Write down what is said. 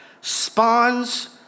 spawns